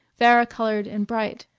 varicolored and bright,